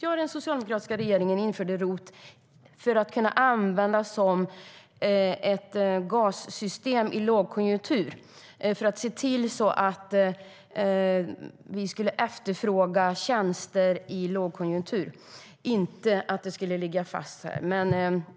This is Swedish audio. Jo, det var den socialdemokratiska regeringen som införde ROT som ett system för att gasa på i lågkonjunktur, för att vi skulle efterfråga tjänster i lågkonjunktur. Det var inte meningen att det skulle ligga fast.